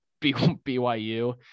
BYU